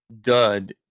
dud